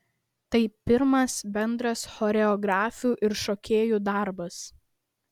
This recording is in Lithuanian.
tai pirmas bendras choreografių ir šokėjų darbas